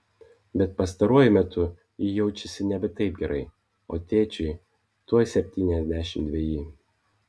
bet pastaruoju metu ji jaučiasi nebe taip gerai o tėčiui tuoj septyniasdešimt dveji